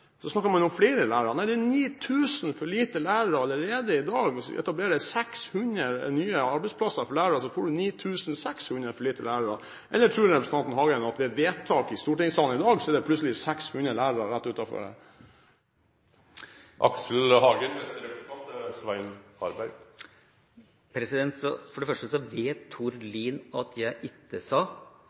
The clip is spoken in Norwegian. så snakker man om flere lærere. Nei, det er 9 000 for få lærere allerede i dag, og så skal det etableres 600 nye arbeidsplasser for lærere. Da får du 9 600 for få lærere. Eller tror representanten Hagen at med vedtaket i stortingssalen i dag står det plutselig 600 lærere rett utenfor her? For det første vet Tord Lien at jeg ikke sa